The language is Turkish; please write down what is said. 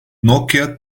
nokia